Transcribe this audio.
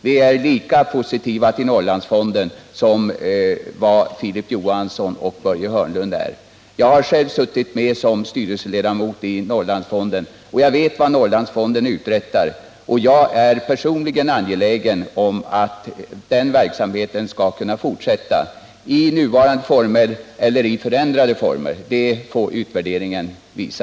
Vi är lika positiva till Norrlandsfonden som vad Filip Johansson och Börje Hörnlund är. Jag har själv suttit med som styrelseledamot i Norrlandsfonden och vet vad Norrlandsfonden uträttar. Jag är personligen angelägen om att den verksamheten skall kunna fortsätta — i nuvarande former eller i förändrade former, det får utvärderingen visa.